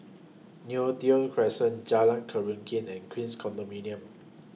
Neo Tiew Crescent Jalan Keruing and Queens Condominium